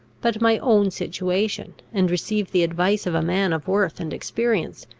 but my own situation, and receive the advice of a man of worth and experience,